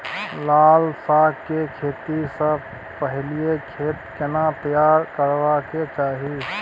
लाल साग के खेती स पहिले खेत केना तैयार करबा के चाही?